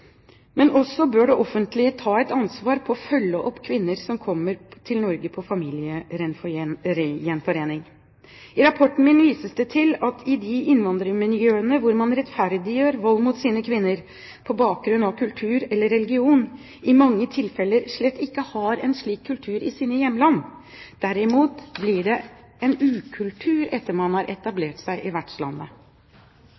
Men det offentlige bør også ta et ansvar for å følge opp kvinner som kommer til Norge på familiegjenforening. I rapporten min vises det til at de innvandrermiljøene hvor man «rettferdiggjør» vold mot sine kvinner på bakgrunn av kultur eller religion, i mange tilfeller slett ikke har kultur for slikt i sine hjemland. Derimot blir det en ukultur etter at man har